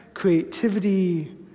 creativity